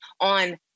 on